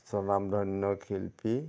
ধন্য শিল্পী